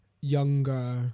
younger